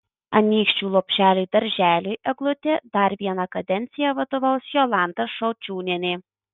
anykščių lopšeliui darželiui eglutė dar vieną kadenciją vadovaus jolanta šaučiūnienė